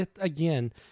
again